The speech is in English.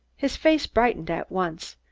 his face brightened at once.